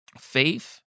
faith